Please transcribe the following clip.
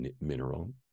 mineral